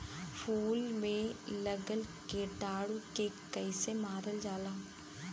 फूल में लगल कीटाणु के कैसे मारल जाला?